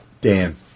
Dan